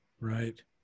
Right